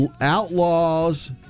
outlaws